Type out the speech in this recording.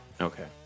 okay